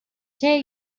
tell